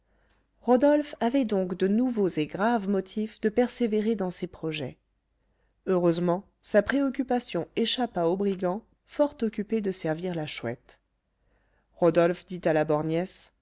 rodolphe avait donc de nouveaux et graves motifs de persévérer dans ses projets heureusement sa préoccupation échappa au brigand fort occupé de servir la chouette rodolphe dit à la